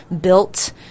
built